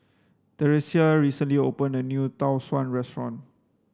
Theresia recently opened a new Tau Suan restaurant